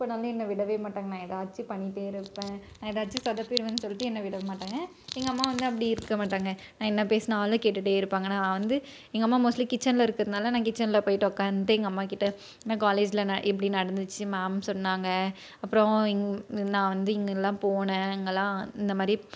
cook பண்ணவும் என்னை விடவே மாட்டாங்க நான் ஏதாச்சும் பண்ணிகிட்டே இருப்பேன் ஏதாச்சும் சொதப்பிவிடுவேனு சொல்லிட்டு என்னை விட மாட்டாங்க எங்கள் அம்மா வந்து அப்படி இருக்கமாட்டாங்க நான் என்ன பேசினாலும் கேட்டுகிட்டே இருப்பாங்க நான் வந்து எங்கள் அம்மா மோஸ்ட்லி கிச்சனில் இருக்கிறதுனால நான் கிச்சனில் போய்விட்டு உக்காந்து எங்கள் அம்மா கிட்டே காலேஜில் நான் எப்படி நடந்துச்சு மேம் சொன்னாங்க அப்புறம் நான் வந்து இங்கெலாம் போனேன் இங்கெலாம் இந்த மாதிரி